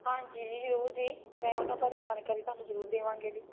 ਹਾਂਜੀ ਜੀ ਜ਼ਰੂਰ ਜੀ ਮੈਂ ਉਹਨਾਂ ਬਾਰੇ ਜਾਣਕਾਰੀ ਤੁਹਾਨੂੰ ਜ਼ਰੂਰ ਦੇਵਾਂਗੀ ਜੀ